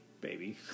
baby